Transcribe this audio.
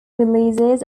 releases